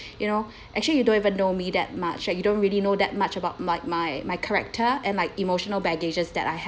you know actually you don't even know me that much like you don't really know that much about my my my character and like emotional baggages that I have